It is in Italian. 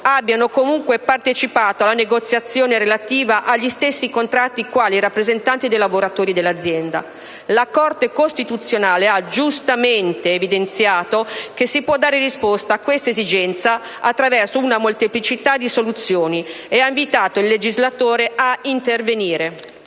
abbiano partecipato alla negoziazione relativa agli stessi contratti quali rappresentanti dei lavoratori dell'azienda. La Corte costituzionale ha giustamente evidenziato che si può dare risposta a queste esigenze attraverso una molteplicità di soluzioni e ha invitato il legislatore a intervenire.